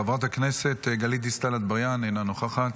חברת הכנסת גלית דיסטל אטבריאן, אינה נוכחת,